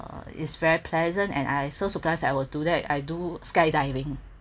uh is very pleasant and I so surprised I will do that I do skydiving